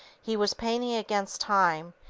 he was painting against time,